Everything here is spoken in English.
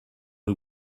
who